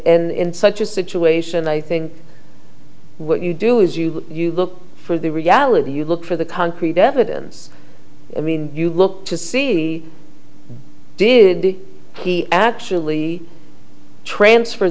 in such a situation i think what you do is you you look for the reality you look for the concrete evidence i mean you look to see did he actually transfer